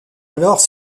alors